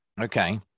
Okay